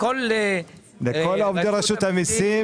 לכל עובדי רשות המיסים.